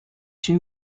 une